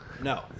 No